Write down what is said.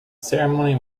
ceremony